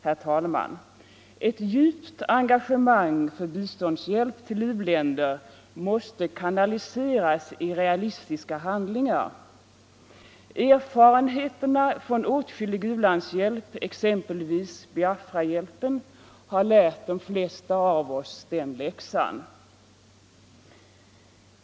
Herr talman! Ett djupt engagemang för biståndshjälp till u-länder måste kanaliseras i realistiska handlingar. Erfarenheterna från åtskillig u-landshjälp, exempelvis Biafrahjälpen, har lärt de flesta av oss den läxan.